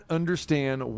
understand